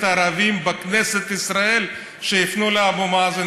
הערבים בכנסת ישראל שיפנו לאבו מאזן,